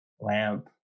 lamp